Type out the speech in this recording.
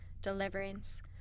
deliverance